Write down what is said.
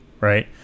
right